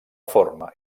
forma